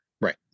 right